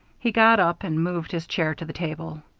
he got up and moved his chair to the table.